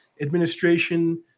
administration